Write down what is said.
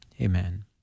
Amen